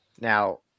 now